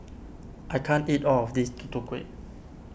I can't eat all of this Tutu Kueh